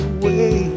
away